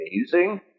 amazing